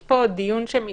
יש פה דיון שמתקיים,